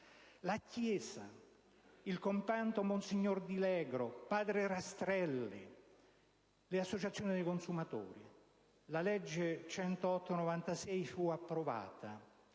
la Chiesa, il compianto monsignor Di Liegro, padre Rastrelli, le associazioni dei consumatori. La legge n. 108 del 1996 fu approvata,